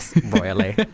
royally